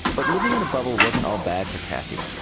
but living in a bubble wasn't all bad for kathy.